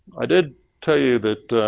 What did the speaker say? i did tell you that